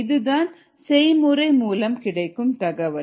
இதுதான் செய்முறை மூலம் கிடைக்கும் தகவல்